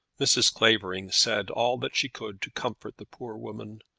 mrs. clavering said all that she could to comfort the poor woman,